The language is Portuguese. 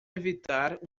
evitar